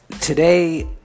today